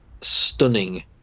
stunning